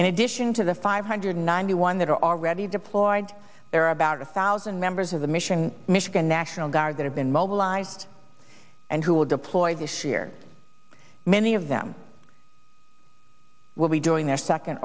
in addition to the five hundred ninety one that are already deployed there are about a thousand members of the mission michigan national guard that have been mobilized and who will deploy this year many of them will be doing their second